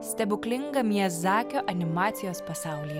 stebuklingą miazakio animacijos pasaulį